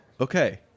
Okay